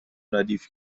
ردیف